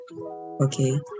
okay